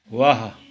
वाह